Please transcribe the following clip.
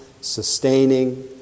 sustaining